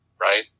right